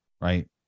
right